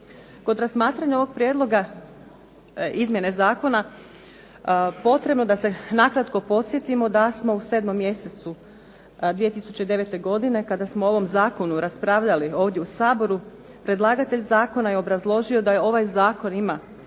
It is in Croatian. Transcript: Kod razmatranja ovog prijedloga izmjene zakona potrebno je da se nakratko podsjetimo da smo u 7 mjesecu 2009. godine, kada smo o ovom zakonu raspravljali ovdje u Saboru, predlagatelj zakona je obrazložio da ovaj zakon ima